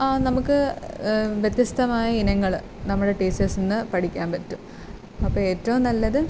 ആ നമുക്ക് വ്യത്യസ്തമായ ഇനങ്ങൾ നമ്മുടെ ടീച്ചേഴ്സിൽ നിന്ന് പഠിക്കാൻ പറ്റും അപ്പം ഏറ്റവും നല്ലത്